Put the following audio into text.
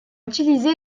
utilisé